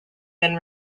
been